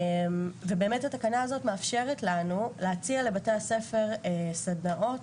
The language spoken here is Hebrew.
התקנה הזאת מאפשרת לנו להציע לבתי הספר סדנאות